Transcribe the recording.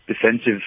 defensive